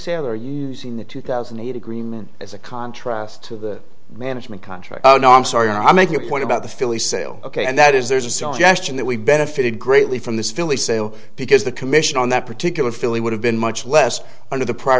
sale or using the two thousand and eight agreement as a contrast to the management contract oh no i'm sorry i'm making a point about the philly sale ok and that is there's a zone gesture that we benefited greatly from this philly sale because the commission on that particular filly would have been much less under the